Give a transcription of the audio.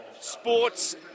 Sports